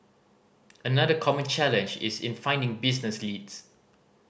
another common challenge is in finding business leads